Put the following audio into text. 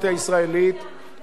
כבר קיים, אני גם, נא לסיים.